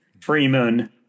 Freeman